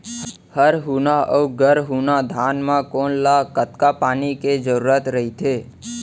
हरहुना अऊ गरहुना धान म कोन ला कतेक पानी के जरूरत रहिथे?